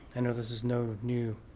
i know this is no new